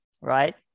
right